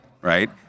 right